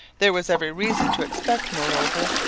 there was every reason to expect, moreover,